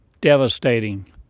devastating